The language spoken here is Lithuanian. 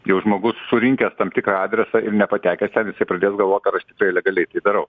jau žmogus surinkęs tam tikrą adresą ir nepatekęs ten jisai pradės galvot ar aš tikrai legaliai tai darau